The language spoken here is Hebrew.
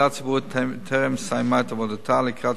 הוועדה הציבורית טרם סיימה את עבודתה לקראת